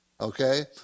Okay